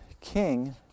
king